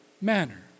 manner